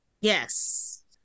Yes